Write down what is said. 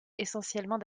essentiellement